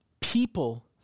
people